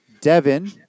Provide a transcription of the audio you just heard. Devin